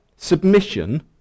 Submission